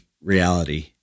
reality